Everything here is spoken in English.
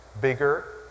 bigger